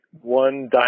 one